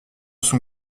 son